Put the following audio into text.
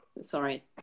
Sorry